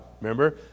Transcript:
Remember